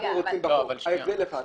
אנחנו רוצים שזה יופיע בחוק.